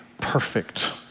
perfect